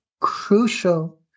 crucial